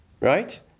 Right